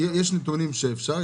אז יש נתונים שאפשר.